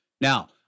Now